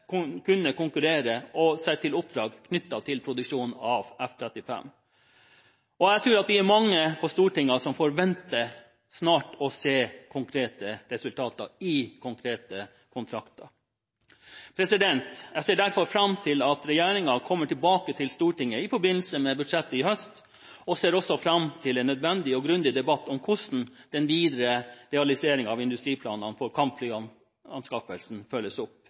skulle kunne konkurrere seg til oppdrag knyttet til produksjonen av F-35. Jeg tror at vi er mange på Stortinget som snart forventer å se konkrete resultater, i konkrete kontrakter. Jeg ser derfor fram til at regjeringen kommer tilbake til Stortinget i forbindelse med budsjettet i høst, og jeg ser også fram til en nødvendig og grundig debatt om hvordan den videre realiseringen av industriplanene for kampflyanskaffelsen følges opp.